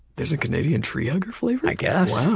there's a canadian tree hugger flavor? i guess. wow.